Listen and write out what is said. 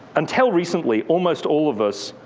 until recently, almost all of us,